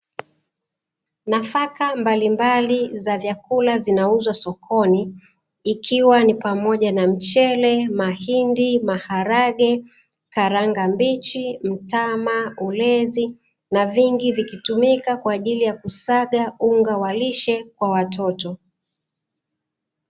Nafaka mbalimbali za vyakula zinauzwa sokoni ikiwa ni pamoja na mchele, mahindi, maharage, karanga mbichi, mtama, ulezi na vingi vikitumika kwa ajili ya kusaga unga wa lishe kwa watoto.